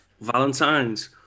Valentine's